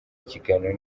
ikiganiro